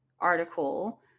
article